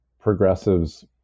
progressives